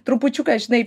trupučiuką žinai